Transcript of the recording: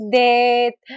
date